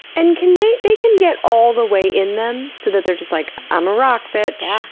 and can they. they can get all the way in them? so that they're just like, i'm a rock bitch!